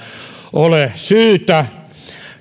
ole syytä